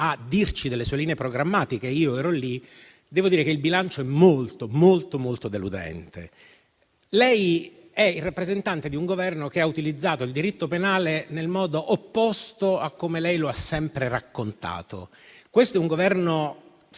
dirci delle sue linee programmatiche (io ero lì), che il bilancio è molto, molto deludente. Lei è il rappresentante di un Governo che ha utilizzato il diritto penale in modo opposto a come lei lo ha sempre raccontato. Questo è un Governo